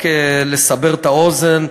רק לסבר את האוזן,